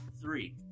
three